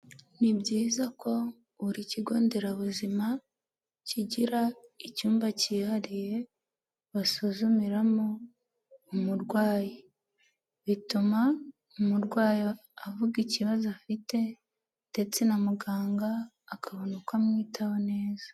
Ni byiza ko buri kigo nderabuzima kigira icyumba kihariye basuzumiramo umurwayi, bituma umurwayi avuga ikibazo afite ndetse na muganga akabona uko amwitaho neza.